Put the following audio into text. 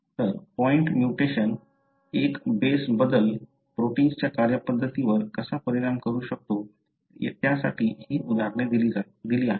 तर point mutations एक base बदल प्रोटिन्सच्या कार्यपद्धतीवर कसा परिणाम करू शकतो त्यासाठी ही उदाहरणे दिली आहेत